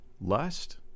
lust